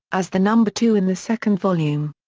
as the number two in the second volume.